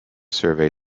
survey